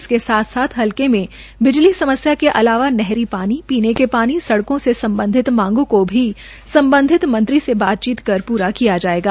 इसके साथ साथ हलके में बिजली समस्या के अलावा नहरी पानी पीने के पानी सड़कों से सम्बधित मांगों को भी सम्बधित मंत्री से बातचीत कर पूरा किया जायेगा